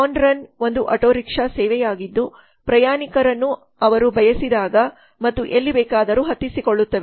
ಆನ್ರನ್ ಒಂದು auto rickshaw ಸೇವೆಯಾಗಿದ್ದು ಪ್ರಯಾಣಿಕರನ್ನು ಅವಳು ಬಯಸಿದಾಗ ಮತ್ತು ಎಲ್ಲಿ ಬೇಕಾದರೂ ಹತ್ತಿಸಿಕೊಳ್ಳುತ್ತದೆ